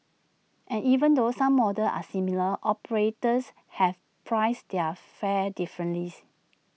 and even though some models are similar operators have priced their fares differently